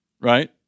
Right